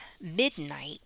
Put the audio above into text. midnight